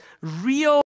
Real